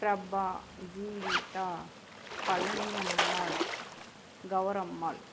Prabha Jeevitha Palani Ammal Kavarammal